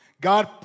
God